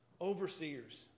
overseers